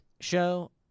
show